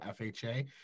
FHA